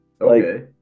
Okay